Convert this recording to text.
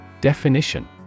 Definition